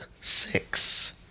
six